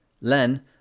len